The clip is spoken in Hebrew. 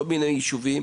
בכל מיני יישובים,